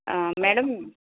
madam